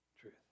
truth